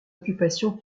occupation